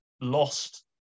lost